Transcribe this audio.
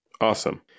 Awesome